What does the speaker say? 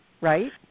right